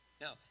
Now